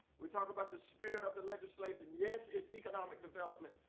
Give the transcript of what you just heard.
we talk about the spirit of the legislation. yes, it's economic development,